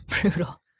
Brutal